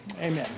Amen